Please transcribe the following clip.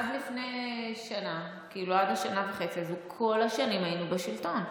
עד לפני השנה וחצי הזאת, כל השנים היינו בשלטון.